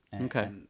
Okay